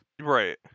Right